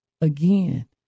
again